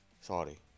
sorry